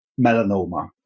melanoma